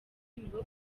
nibo